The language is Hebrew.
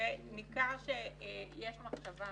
ניכר שיש מחשבה